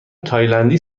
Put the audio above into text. تایلندی